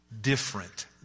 different